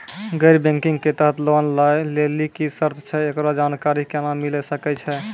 गैर बैंकिंग के तहत लोन लए लेली की सर्त छै, एकरो जानकारी केना मिले सकय छै?